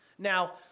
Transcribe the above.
Now